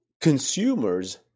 consumers